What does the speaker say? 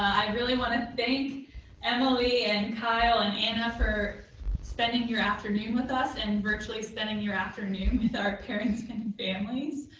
i really want to thank emilie and kyle and anna for spending your afternoon with us and virtually spending your afternoon with our parents and families.